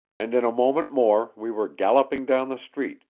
and in a moment more we were galloping down the street,